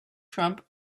trump